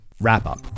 wrap-up